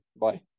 Bye